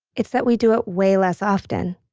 it's that we do it way less often,